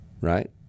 right